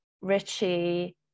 Richie